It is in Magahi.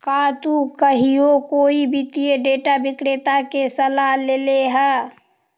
का तु कहियो कोई वित्तीय डेटा विक्रेता के सलाह लेले ह?